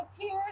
tears